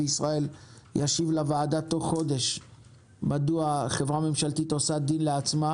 ישיב לוועדה תוך חודש מדוע חברה ממשלתית עושה דין לעצמה